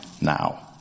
now